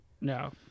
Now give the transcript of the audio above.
No